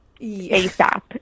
ASAP